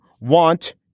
want